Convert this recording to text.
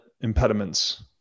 impediments